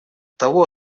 того